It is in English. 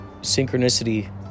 synchronicity